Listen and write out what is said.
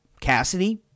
Cassidy